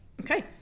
Okay